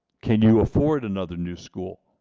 can you afford another new school?